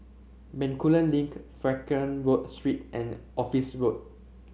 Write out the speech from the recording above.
Bencoolen Link Frankel Road Street and Office Road